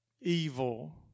evil